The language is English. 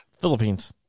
Philippines